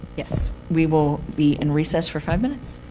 yes, we will be in recess for five minutes.